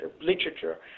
literature